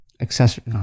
accessory